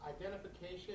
Identification